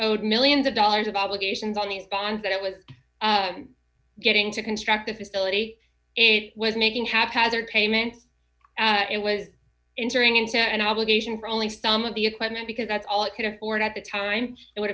owed millions of dollars of obligations on these bonds that it was getting to construct the facility it was making haphazard payments it was injuring into an obligation for only some of the equipment because that's all it could afford at the time it would